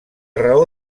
raó